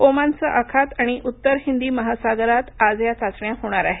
ओमानचं आखात आणि उत्तर हिंदी महासागरात आज या चाचण्या होणार आहेत